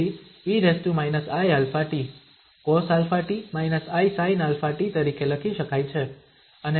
તેથી e−iαt cosαt−isinαt તરીકે લખી શકાય છે